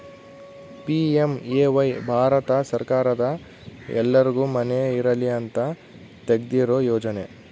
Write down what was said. PMAY Bharat ಸರ್ಕಾರದ ಎಲ್ಲರ್ಗು ಮನೆ ಇರಲಿ ಅಂತ ತೆಗ್ದಿರೊ ಯೋಜನೆ